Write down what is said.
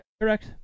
correct